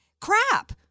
Crap